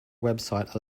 website